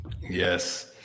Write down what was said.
Yes